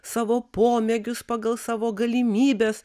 savo pomėgius pagal savo galimybes